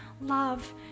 love